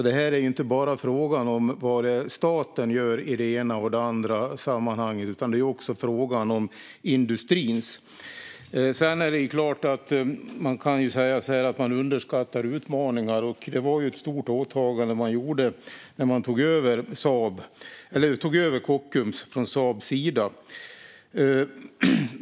Det är alltså inte bara fråga om vad staten gör i det ena och det andra sammanhanget, utan det är också fråga om industrin. Sedan är det klart att man kan säga att man underskattar utmaningar. Det var ett stort åtagande man gjorde när man tog över Kockums från Saabs sida.